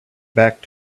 back